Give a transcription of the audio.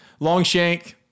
Longshank